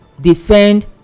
defend